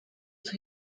for